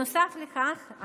נוסף לכך,